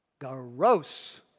Gross